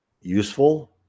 useful